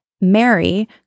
Mary